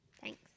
Thanks